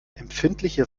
empfindliche